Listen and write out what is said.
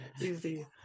easy